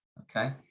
okay